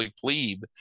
plebe